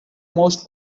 most